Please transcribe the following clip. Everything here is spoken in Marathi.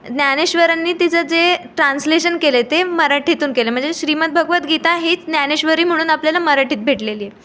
ज्ञानेश्वरांनी तिचं जे ट्रान्सलेशन केलं ते मराठीतून केलं म्हणजे श्रीमद्भगवत गीता ही ज्ञानेश्वरी म्हणून आपल्याला मराठीत भेटलेली आहे